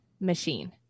machine